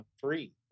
free